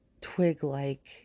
twig-like